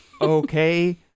Okay